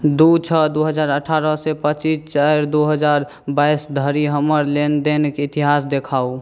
दुइ छओ दुइ हजार अठारहसँ पचीस चारि दुइ हजार बाइसधरि हमर लेनदेनके इतिहास देखाउ